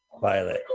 Violet